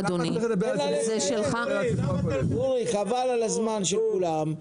למה את --- אורי חבל על הזמן של כולם.